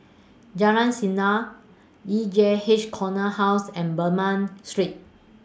Jalan Sindor E J H Corner House and Bernam Street